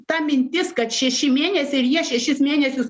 ta mintis kad šeši mėnesiai ir jie šešis mėnesius